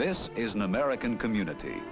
this is an american community